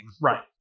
Right